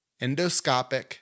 endoscopic